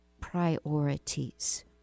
priorities